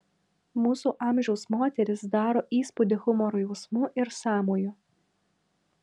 mūsų amžiaus moteris daro įspūdį humoro jausmu ir sąmoju